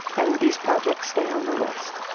and these projects stay on the list.